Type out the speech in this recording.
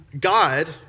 God